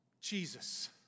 Jesus